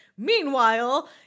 Meanwhile